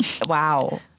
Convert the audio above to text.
wow